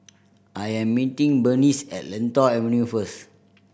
I am meeting Bernice at Lentor Avenue first